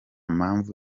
mpamvu